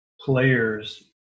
players